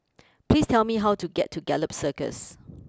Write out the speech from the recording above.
please tell me how to get to Gallop Circus